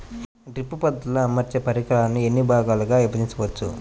Drip పద్ధతిలో అమర్చే పరికరాలను ఎన్ని భాగాలుగా విభజించవచ్చు?